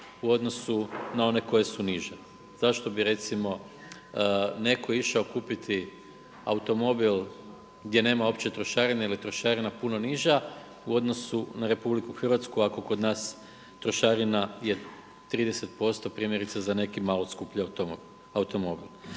u odnosu na one koje su niže. Zašto bi recimo netko išao kupiti automobil gdje nema uopće trošarine ili je trošarina puno niža u odnosu na Republiku Hrvatsku ako kod nas trošarina je 30 posto je primjerice za neki malo skuplji automobil.